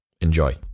enjoy